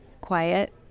quiet